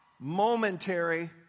momentary